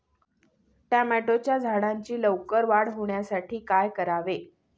टोमॅटोच्या झाडांची लवकर वाढ होण्यासाठी काय करावे?